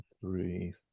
Three